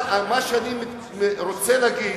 אבל מה שאני רוצה לומר,